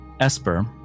Esper